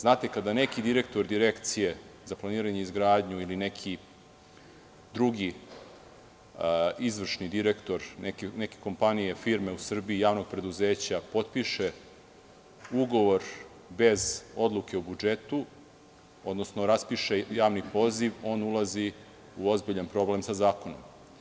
Znate, kada neki direktor Direkcije za planiranje i izgradnju, ili neki drugi izvršni direktor neke kompanije, firme u Srbiji, javnog preduzeća, potpiše ugovor bez odluke u budžetu, odnosno raspiše javni poziv, on ulazi u ozbiljan problem sa zakonom.